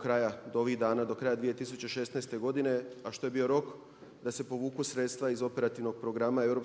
kraja, do ovih dana, do kraja 2016. godine a što je bio rok da se povuku sredstva iz operativnog programa EU,